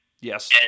Yes